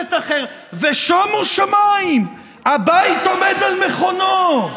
כנסת אחר, ושומו שמיים, הבית עומד על מכונו,